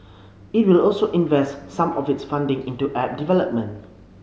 it will also invest some of its funding into app development